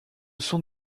sont